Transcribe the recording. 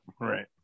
Right